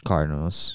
Cardinals